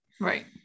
Right